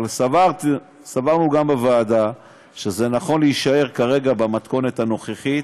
אבל סברנו גם בוועדה שזה נכון להישאר כרגע במתכונת הנוכחית,